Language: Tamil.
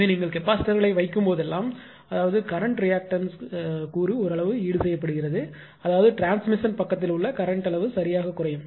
எனவே நீங்கள் கெப்பாசிட்டர்களை வைக்கும்போதெல்லாம் அதாவது கரண்ட் ரியாக்டன்ஸ் கூறு ஓரளவு ஈடுசெய்யப்படுகிறது அதாவது டிரான்ஸ்மிஷன் பக்கத்தில் உள்ள கரண்ட் அளவு சரியாக குறையும்